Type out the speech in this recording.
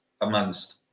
amongst